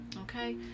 okay